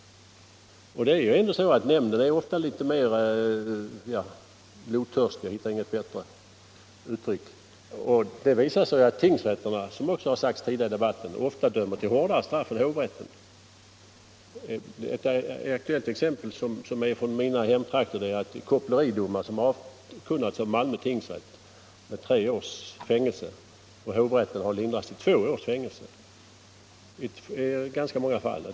Nämnden är ofta litet mer ”blodtörstig” — jag hittar inget bättre uttryck. Det visar sig att tingsrätterna ofta dömer hårdare än hovrätten. Ett aktuellt exempel från mina hemtrakter gäller koppleridomar, där Malmö tingsrätt avkunnat tre års fängelse, medan hovrätten lindrat till två år i ganska många fall.